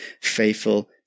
faithful